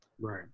Right